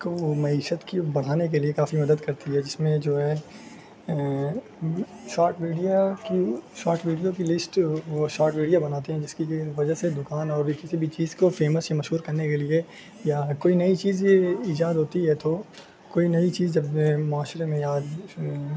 کو معیشت کی بڑھانے کے لیے کافی مدد کرتی ہے جس میں جو ہے شارٹ ویڈیا کی شارٹ ویڈیو کی لسٹ وہ شارٹ ویڈیو بناتے ہیں جس کی وجہ سے دکان اور بھی کسی بھی چیز کو فیمس مشہور کرنے کے لیے یا کوئی نئی چیز ایجاد ہوتی ہے تو کوئی نئی چیز جب معاشرے میں یا